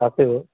তাকেই